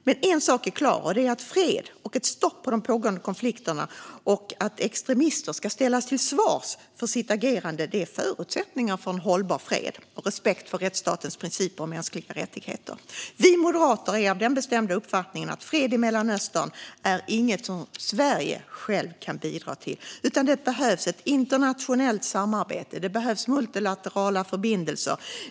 Men en sak är klar: Att det blir fred, att det blir ett stopp på de pågående konflikterna och att extremister ställs till svars för sitt agerande är förutsättningar för en hållbar fred och respekt för rättsstatens principer och mänskliga rättigheter. Vi moderater är av den bestämda uppfattningen att fred i Mellanöstern inte är något som Sverige självt kan bidra till. Det behövs ett internationellt samarbete och multilaterala förbindelser.